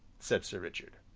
said sir richard,